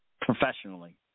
professionally